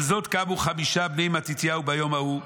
"על זאת קמו חמישה בני מתתיהו ביום ההוא,